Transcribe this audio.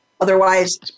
otherwise